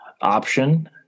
option